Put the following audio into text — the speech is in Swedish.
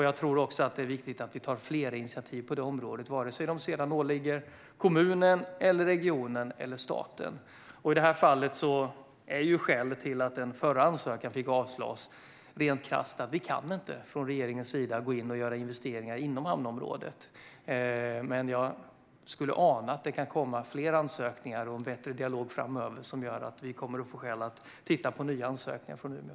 Jag tror också att det är viktigt att vi tar fler initiativ på området, vare sig de åligger kommunen, regionen eller staten. Skälet till att den förra ansökan avslogs är rent krasst att vi från regeringens sida inte kan gå in och göra investeringar inom hamnområdet. Men jag anar att det kan bli en bättre dialog framöver som gör att vi kommer att få skäl att titta på nya ansökningar från Umeå.